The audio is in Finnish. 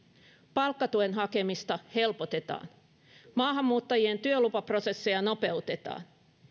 palkkatuen hakemista helpotetaan maahanmuuttajien työlupaprosesseja nopeutetaan